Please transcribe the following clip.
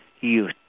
youth